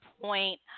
point